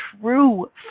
true